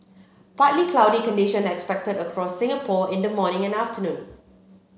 partly cloudy condition expected across Singapore in the morning and afternoon